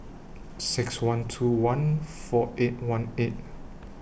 six one two one four eight one eight